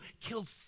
killed